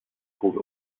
called